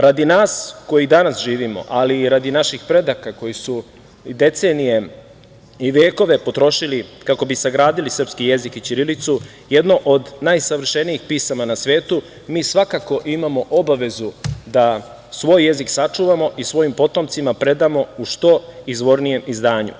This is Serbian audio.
Radi nas koji danas živimo, ali i radi naših predaka koji su decenije i vekove potrošili kako bi sagradili srpski jezik i ćirilicu, jedno od najsavršenijih pisama na svetu, mi svakako imamo obavezu da svoj jezik sačuvamo i svojim potomcima predamo u što izvornijem izdanju.